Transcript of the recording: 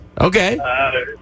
Okay